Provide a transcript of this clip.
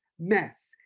Mess